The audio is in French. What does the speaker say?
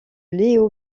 leo